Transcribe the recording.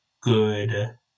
good